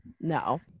no